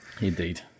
Indeed